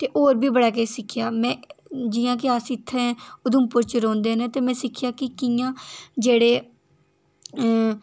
ते होर बी बड़ा किश सिक्खेआ में जि'यां कि अस इत्थै उधमपुर च रौॆह्दे न ते में सिक्खेआ कि कि'यां जेह्ड़े